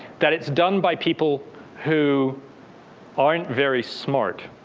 that it's done by people who aren't very smart.